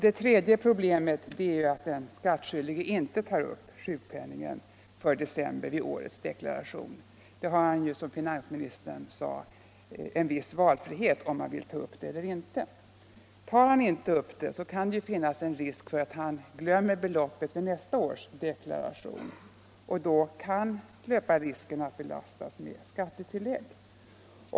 Ett tredje problem uppkommer om den skattskyldige inte tar upp sjukpenningen för december i årets deklaration. Han har härvidlag, såsom finansministern sade, en viss valfrihet. Om han inte tar upp sjukpenningen i årets deklaration uppstår risken att han glömmer att göra det nästa år, och han kan då belastas med skattetillägg.